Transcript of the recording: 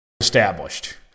established